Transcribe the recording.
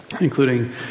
including